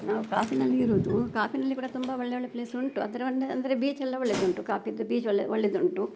ನಾವು ಕಾಪಿನಲ್ಲಿ ಇರುವುದು ಕಾಪಿನಲ್ಲಿ ಕೂಡ ತುಂಬ ಒಳ್ಳೆಯ ಒಳ್ಳೆಯ ಪ್ಲೇಸುಂಟು ಆದರೆ ಒಂದು ಅಂದರೆ ಬೀಚೆಲ್ಲ ಒಳ್ಳೆಯದುಂಟು ಕಾಪಿದ್ದು ಬೀಚ್ ಒಳ್ಳೆಯ ಒಳ್ಳೆಯದುಂಟು